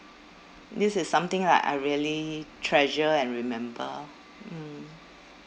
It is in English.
this is something that I really treasure and remember mm